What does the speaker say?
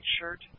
shirt